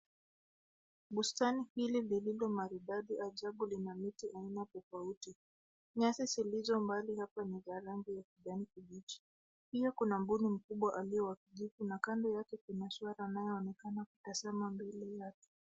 Bustani hili lililo maridadi ajabu lina miti aina tofauti. Nyasi zilizo mbali hapa ni za rangi ya kijai kibichi. Pia kuna mbuni mkubwa alio wa kijivu na kando yake kuna swara anayeonekana ukitazama mbele yake.